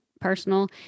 personal